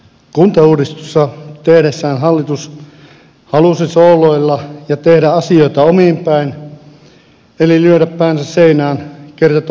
kuntauudistusta tehdessään hallitus halusi sooloilla ja tehdä asioita omin päin eli lyödä päänsä seinään kerta toisensa jälkeen